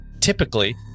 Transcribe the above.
typically